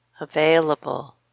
available